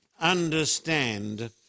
understand